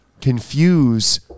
confuse